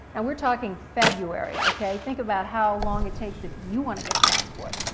and we're talking february, okay? think about how long it takes if you want to get a passport.